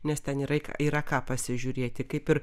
nes ten yra į ką yra ką pasižiūrėti kaip ir